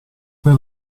per